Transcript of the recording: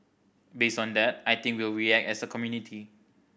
based on that I think we will react as a community